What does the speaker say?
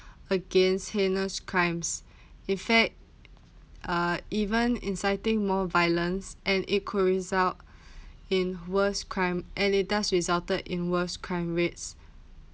against heinous crime in fact uh even inciting more violence and it could result in worst crime and in thus resulted in worst crime rates